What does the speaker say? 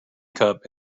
cup